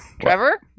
Trevor